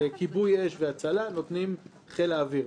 כיבוי אש והצלה נותנים חיל האוויר,